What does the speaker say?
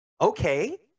Okay